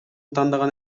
тандаган